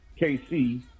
KC